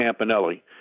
Campanelli